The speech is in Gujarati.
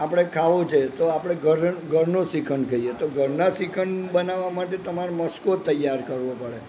આપણે ખાવો છે તો આપણે ઘરનો શ્રીખંડ ખાઈએ તો ઘરના શ્રીખંડ બનાવવા માટે તમારે મસ્કો તૈયાર કરવો પડે